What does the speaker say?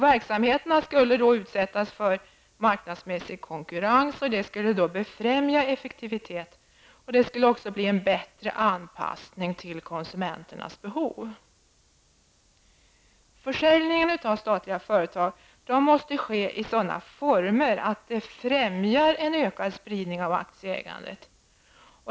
Verksamheterna skulle då utsättas för marknadsmässig konkurrens som skulle befrämja effektivitet och bättre anpassning till konsumenternas behov. Försäljningen av statliga företag måste ske i sådana former att det främjar en ökad spridning av aktieägandet.